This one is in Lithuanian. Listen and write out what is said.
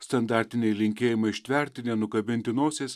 standartiniai linkėjimai ištverti nenukabinti nosies